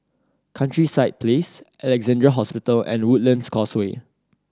Countryside Place Alexandra Hospital and Woodlands Causeway